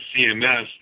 CMS